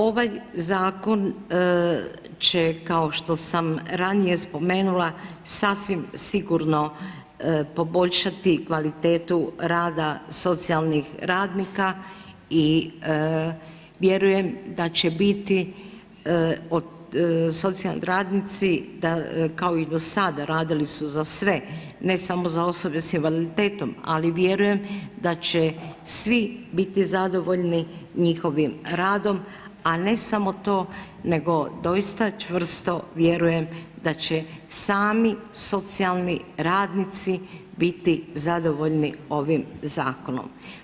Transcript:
Ovaj Zakon će, kao što sam ranije spomenula, sasvim sigurno poboljšati kvalitetu rada socijalnih radnika i vjerujem da će biti, socijalni radnici, kao i do sada, radili su za sve, ne samo za osobe s invaliditetom, ali vjerujem da će svi biti zadovoljni njihovim radom, a ne samo to, nego doista čvrsto vjerujem da će sami socijalni radnici biti zadovoljni ovim Zakonom.